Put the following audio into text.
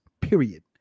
period